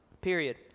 period